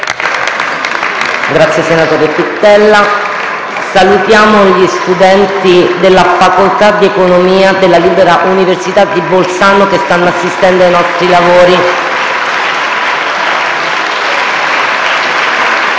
apre una nuova finestra"). Salutiamo gli studenti della facoltà di economia della Libera Università di Bolzano che stanno assistendo ai nostri lavori.